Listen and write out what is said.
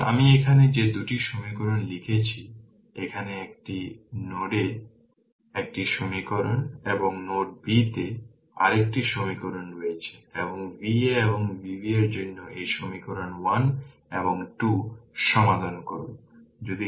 সুতরাং আমি এখানে যে 2টি সমীকরণ লিখেছি এখানে একটি নোডে একটি সমীকরণ এবং নোড বি তে আরেকটি সমীকরণ রয়েছে এবং Va এবং Vb এর জন্য এই সমীকরণ 1 এবং 2 সমাধান করুন